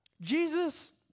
Jesus